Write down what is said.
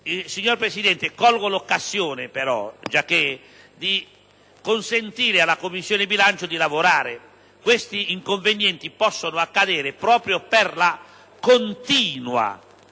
Signor Presidente, colgo l'occasione per chiedere che sia consentito alla Commissione bilancio di lavorare. Questi inconvenienti possono capitare proprio per il continuo